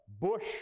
Bush